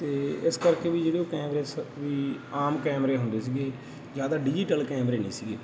ਅਤੇ ਇਸ ਕਰਕੇ ਵੀ ਜਿਹੜੇ ਉਹ ਕੈਮਰੇ ਸ ਵੀ ਆਮ ਕੈਮਰੇ ਹੁੰਦੇ ਸੀਗੇ ਜ਼ਿਆਦਾ ਡਿਜੀਟਲ ਕੈਮਰੇ ਨਹੀਂ ਸੀਗੇ